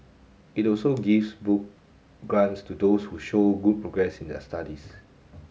it also gives book grants to those who show good progress in their studies